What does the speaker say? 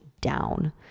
down